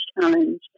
challenge